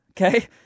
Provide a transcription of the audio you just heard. okay